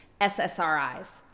SSRIs